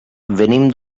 venim